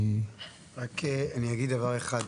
רק אני אגיד דבר אחד.